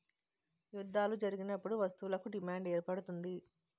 యుద్ధాలు జరిగినప్పుడు వస్తువులకు డిమాండ్ ఏర్పడుతుంది